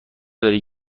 داری